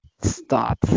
start